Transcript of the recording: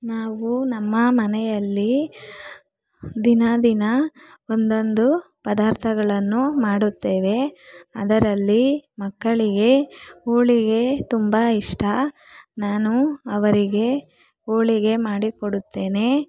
ನಾವು ನಮ್ಮ ಮನೆಯಲ್ಲಿ ದಿನ ದಿನ ಒಂದೊಂದು ಪದಾರ್ಥಗಳನ್ನು ಮಾಡುತ್ತೇವೆ ಅದರಲ್ಲಿ ಮಕ್ಕಳಿಗೆ ಹೋಳಿಗೆ ತುಂಬ ಇಷ್ಟ ನಾನು ಅವರಿಗೆ ಹೋಳಿಗೆ ಮಾಡಿಕೊಡುತ್ತೇನೆ